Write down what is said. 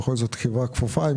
בכל זאת החברה כפופה לנו.